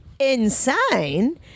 Insane